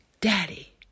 Daddy